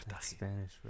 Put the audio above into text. Spanish